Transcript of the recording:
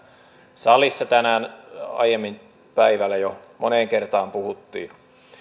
salissa tänään aiemmin päivällä jo moneen kertaan puhuttiin